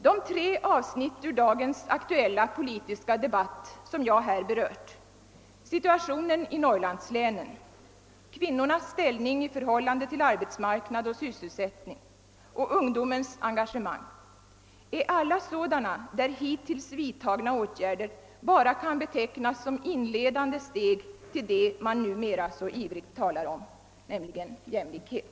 De tre avsnitt ur dagens aktuella politiska debatt som jag här berört — situationen i Norrlandslänen, kvinnornas ställning i förhållande till arbetsmarknad och sysselsättning och ungdomens engagemang är alla sådana där hittills vidtagna åtgärder bara kan betecknas som inledande steg till det man numera så ivrigt talar om, nämligen jämlikhet.